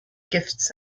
gifts